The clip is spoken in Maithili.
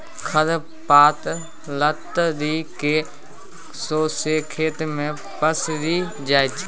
खर पात लतरि केँ सौंसे खेत मे पसरि जाइ छै